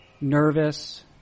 nervous